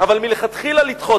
אבל מלכתחילה לדחות?